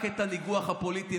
רק הניגוח הפוליטי.